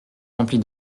remplie